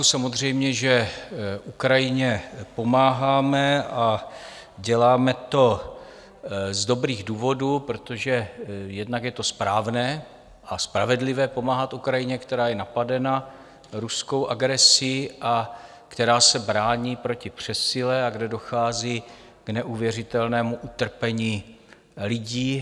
Samozřejmě že Ukrajině pomáháme a děláme to z dobrých důvodů, protože jednak je to správné a spravedlivé pomáhat Ukrajině, která je napadena ruskou agresí a která se brání proti přesile a kde dochází k neuvěřitelnému utrpení lidí.